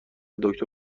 دکتر